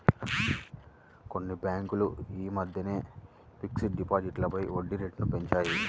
కొన్ని బ్యేంకులు యీ మద్దెనే ఫిక్స్డ్ డిపాజిట్లపై వడ్డీరేట్లను పెంచాయి